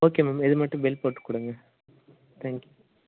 okay ma'am இது மட்டும் bill போட்டு கொடுங்க தேங்க்யூ